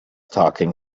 talking